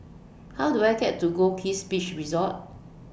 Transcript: How Do I get to Goldkist Beach Resort